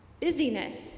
Busyness